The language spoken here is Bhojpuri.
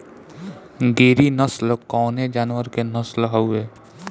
गिरी नश्ल कवने जानवर के नस्ल हयुवे?